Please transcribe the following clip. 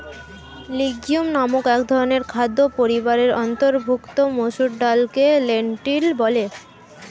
legume নামক একধরনের খাদ্য পরিবারের অন্তর্ভুক্ত মসুর ডালকে লেন্টিল বলে